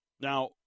Now